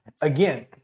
again